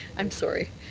i'm sorry.